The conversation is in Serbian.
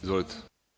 Izvolite.